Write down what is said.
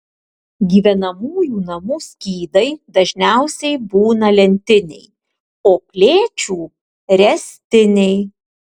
gyvenamųjų namų skydai dažniausiai būna lentiniai o klėčių ręstiniai